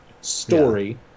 story